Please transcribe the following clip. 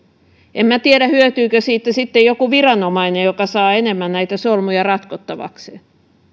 en minä tiedä hyötyykö siitä sitten joku viranomainen joka saa enemmän näitä solmuja ratkottavakseen